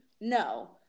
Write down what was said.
No